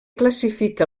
classifica